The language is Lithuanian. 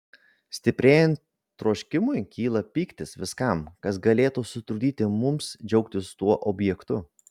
stiprėjant troškimui kyla pyktis viskam kas galėtų sutrukdyti mums džiaugtis tuo objektu